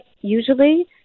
usually